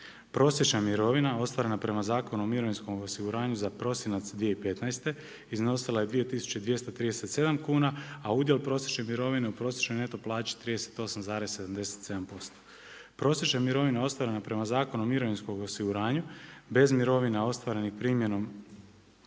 prosječna mirovina ostvarena prema Zakonu o mirovinskom osiguranju za prosinac 2015. iznosila je 2237 kuna, a udjel prosječne mirovine u prosječnoj neto plaći 38,77%. Prosječna mirovina ostvarena prema Zakonu o mirovinskom osiguranju bez mirovina ostvarenih primjenom